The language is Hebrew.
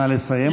נא לסיים.